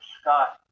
Scott